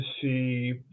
see